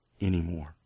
anymore